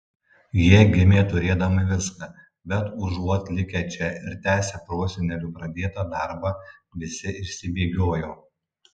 jie gimė turėdami viską bet užuot likę čia ir tęsę prosenelių pradėtą darbą visi išsibėgiojo